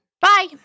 Bye